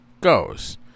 goes